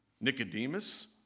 Nicodemus